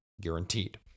guaranteed